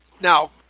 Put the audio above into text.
Now